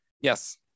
yes